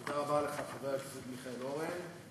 תודה רבה לך, חבר הכנסת מיכאל אורן.